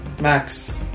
Max